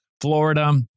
Florida